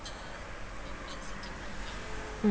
mm